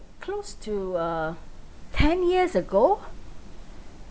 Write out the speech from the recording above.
close to uh ten years ago